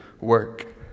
work